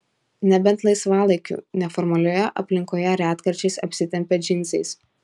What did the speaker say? nebent laisvalaikiu neformalioje aplinkoje retkarčiais apsitempia džinsais